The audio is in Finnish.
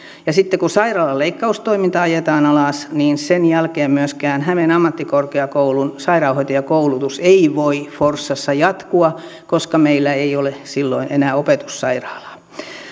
sitten kun sairaalan leikkaustoiminta ajetaan alas niin sen jälkeen myöskään hämeen ammattikorkeakoulun sairaanhoitajakoulutus ei voi forssassa jatkua koska meillä ei ole silloin enää opetussairaalaa